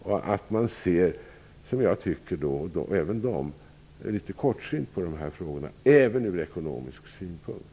Jag, och även de som har detta arbete, tycker att man ser litet kortsynt på de här frågorna, även från ekonomisk synpunkt.